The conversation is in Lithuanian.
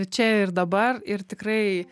čia ir dabar ir tikrai